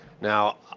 now